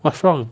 what's wrong